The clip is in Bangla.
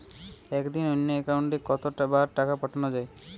একদিনে অন্য একাউন্টে কত বার টাকা পাঠানো য়ায়?